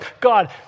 God